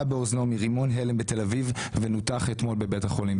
באוזנו מרימון הלם בתל אביב ונותח אתמול בבית החולים.